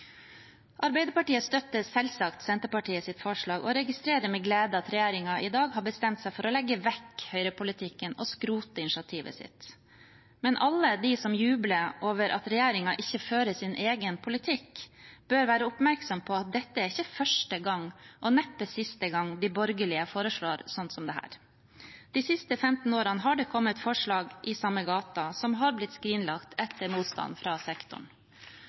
Arbeiderpartiet støtter selvsagt Senterpartiets forslag, og jeg registrerer med glede at regjeringen i dag har bestemt seg for å legge vekk høyrepolitikken og skrote initiativet sitt. Men alle de som jubler over at regjeringen ikke fører sin egen politikk, bør være oppmerksom på at dette ikke er første gang, og neppe siste gang, de borgerlige foreslår slikt som dette. De siste 15 årene har det kommet forslag i samme gate som er blitt skrinlagt etter motstand fra sektoren.